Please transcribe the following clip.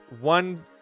one